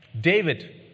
David